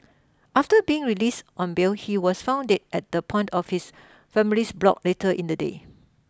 after being released on bail he was found dead at the point of his family's block later in the day